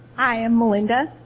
hi, i'm melinda.